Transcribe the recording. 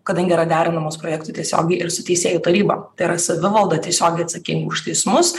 kadangi yra derinamos projektų tiesiogiai ir su teisėjų taryba tai yra savivalda tiesiogiai atsakinga už teismus